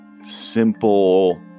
simple